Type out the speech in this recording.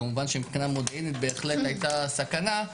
כמובן שמבחינה מודיעינית בהחלט הייתה סכנה,